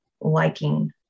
liking